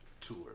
tour